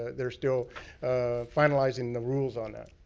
they're still finalizing the rules on that.